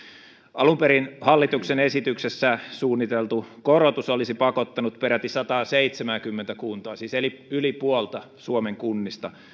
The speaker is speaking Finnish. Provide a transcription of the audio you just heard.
alun perin hallituksen esityksessä suunniteltu korotus olisi pakottanut peräti sataseitsemänkymmentä kuntaa siis yli puolta suomen kunnista